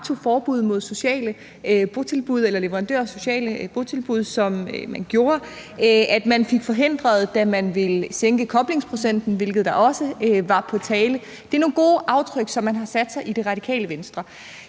at man fik forhindret, at koblingsprocenten blev sænket, hvilket også var på tale. Det er nogle gode aftryk, som man i Det Radikale Venstre